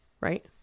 Right